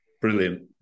Brilliant